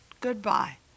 goodbye